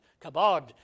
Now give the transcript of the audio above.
kabod